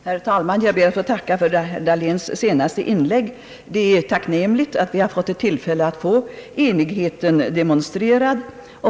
Herr talman! Jag ber att få tacka för herr Dahléns senaste inlägg. Det är tacknämligt att vi har fått detta tillfälle att få enigheten demonstrerad.